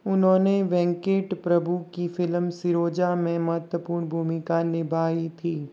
उन्होंने वेंकेट प्रभु की फिल्म सिरोजा में महत्वपूर्ण भूमिका निभाई थी